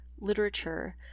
literature